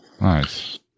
nice